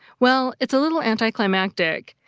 well, it's a little anticlimactic.